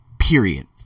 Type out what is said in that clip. period